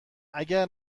اگر